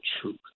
truth